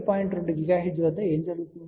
2 GHz వద్ద ఏమి జరుగుతుంది